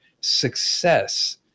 success